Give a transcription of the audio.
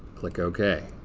click ok.